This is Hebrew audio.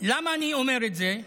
למה אני אומר את זה?